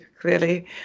clearly